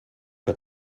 que